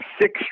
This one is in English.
six